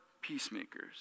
peacemakers